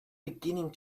beginning